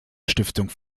stiftung